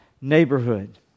neighborhood